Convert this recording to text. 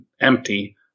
empty